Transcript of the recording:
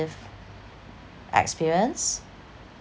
experience